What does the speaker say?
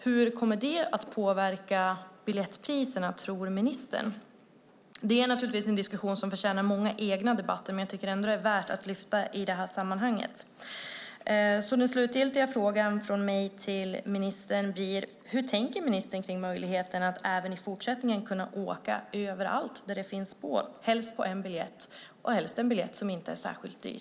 Hur tror ministern att detta kommer att påverka biljettpriserna? Detta är naturligtvis en diskussion som förtjänar många egna debatter, men jag tycker ändå att det är värt att lyfta fram i sammanhanget. Den slutgiltiga frågan från mig till ministern blir alltså hur ministern tänker kring möjligheten att även i fortsättningen kunna åka överallt där det finns spår - helst på en biljett, och helst på en biljett som inte är särskilt dyr.